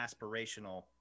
aspirational